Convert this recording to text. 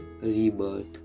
rebirth